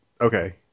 Okay